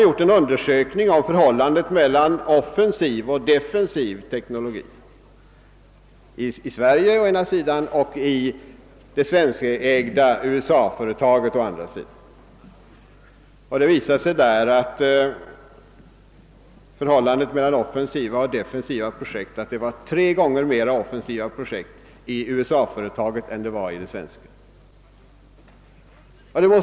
Vid en undersökning visade det sig att antalet offensiva projekt i förhållande till defensiva projekt var tre gånger större i USA-filialen än i det svenska moderföretaget.